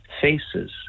faces